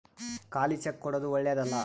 ಖಾಲಿ ಚೆಕ್ ಕೊಡೊದು ಓಳ್ಳೆದಲ್ಲ